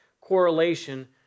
correlation